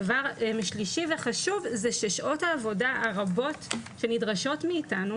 דבר שלישי וחשוב זה ששעות העבודה הרבות שנדרשות מאיתנו,